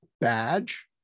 badge